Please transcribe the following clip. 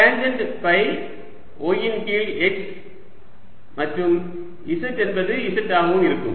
tangent phi y இன் கீழ் x மற்றும் z என்பது z ஆகவும் இருக்கும்